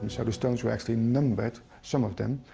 sort of stones were actually numbered, some of them,